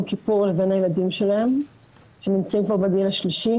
כיפור לבין הילדים שלהם שנמצאים כבר בגיל השלישי.